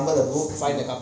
find the car lah